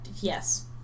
yes